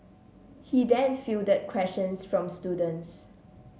he then fielded questions from students